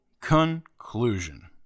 conclusion